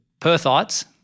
Perthites